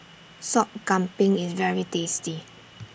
Sop Kambing IS very tasty